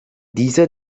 dieser